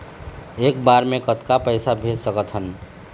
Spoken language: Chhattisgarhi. एक बार मे कतक पैसा भेज सकत हन?